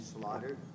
slaughtered